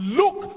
look